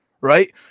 Right